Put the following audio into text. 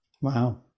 Wow